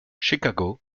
chicago